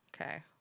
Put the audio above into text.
Okay